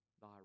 thy